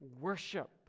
worship